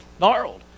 gnarled